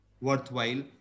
worthwhile